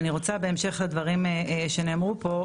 אני רוצה בהמשך לדברים שנאמרו פה,